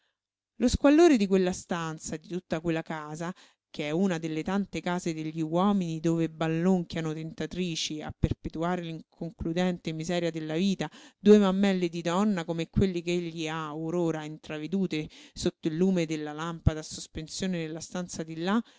lo squallore di quella stanza di tutta quella casa che è una delle tante case degli uomini dove ballonchiano tentatrici a perpetuare l'inconcludente miseria della vita due mammelle di donna come quelle ch'egli ha or ora intravedute sotto il lume della lampada a sospensione nella stanza di là